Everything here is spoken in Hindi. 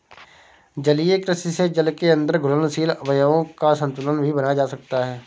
जलीय कृषि से जल के अंदर घुलनशील अवयवों का संतुलन भी बनाया जा सकता है